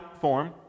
form